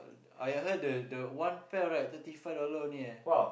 I heard the the one pair right thirty five dollar only eh